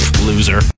Loser